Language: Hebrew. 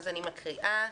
אני מקריאה.